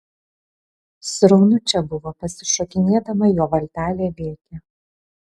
sraunu čia buvo pasišokinėdama jo valtelė lėkė